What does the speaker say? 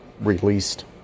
released